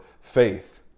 faith